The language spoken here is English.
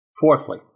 Fourthly